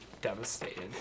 devastated